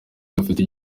gafite